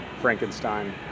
Frankenstein